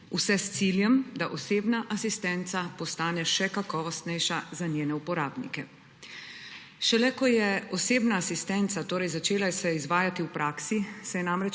vse s ciljem, da osebna asistenca postane še kakovostnejša za njene uporabnike. Šele ko se je osebna asistenca začela izvajati v praksi, se je namreč